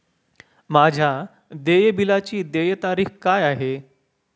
माझ्या देय बिलाची देय तारीख काय आहे?